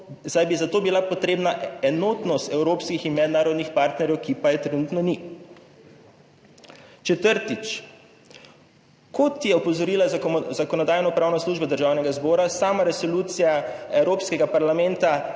za to bila potrebna enotnost evropskih in mednarodnih partnerjev, ki pa je trenutno ni. Četrtič, kot je opozorila Zakonodajno-pravna služba Državnega zbora, sama resolucija Evropskega parlamenta